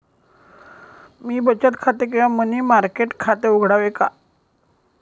मी बचत खाते किंवा मनी मार्केट खाते उघडावे का?